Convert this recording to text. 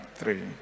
three